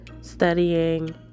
studying